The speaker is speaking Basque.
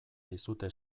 dizute